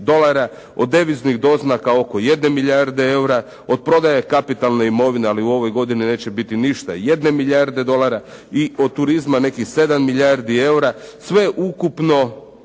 od deviznih doznaka oko 1 milijarde eura, od prodaje kapitalne imovine ali u ovoj godini neće biti ništa, 1 milijarde dolara i od turizma nekih 7 milijardi eura, sveukupno